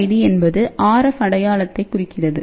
RFID என்பது RF அடையாளத்தை குறிக்கிறது